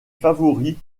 favoris